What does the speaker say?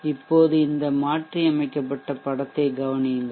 இப்போது இந்த மாற்றியமைக்கப்பட்ட படத்தைக் கவனியுங்கள்